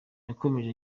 yakomeje